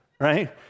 right